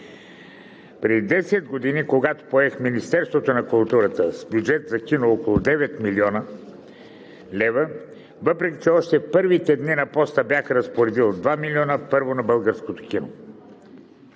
преди 10 години поех Министерството на културата с бюджет за кино от около 9 млн. лв., въпреки че още в първите дни на поста си бях разпоредил 2 милиона за българското кино,